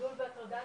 שידול והטרדה,